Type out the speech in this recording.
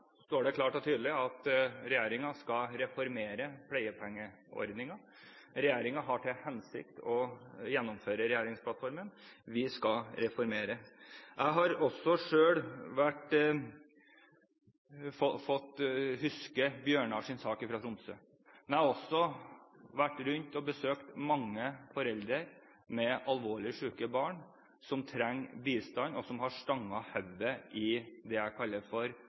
står det klart og tydelig at regjeringen skal reformere pleiepengeordningen. Regjeringen har til hensikt å gjennomføre regjeringsplattformen – vi skal reformere. Også jeg husker Bjørnar fra Tromsø og hans sak, men jeg har også vært rundt og besøkt mange foreldre med alvorlig syke barn som trenger bistand, og som har stanget hodet i det jeg kaller